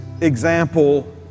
example